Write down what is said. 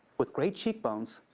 with great cheekbones.